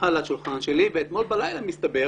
אתמול בלילה מסתבר,